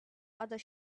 other